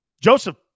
Joseph